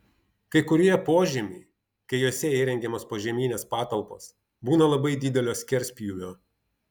kai kurie požemiai kai juose įrengiamos požeminės patalpos būna labai didelio skerspjūvio